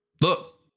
Look